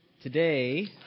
Today